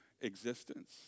Existence